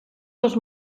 dels